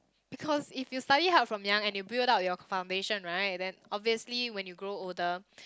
because if you study hard from young and you build up your foundation right then obviously when you grow older